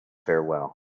farewell